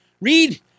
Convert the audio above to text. Read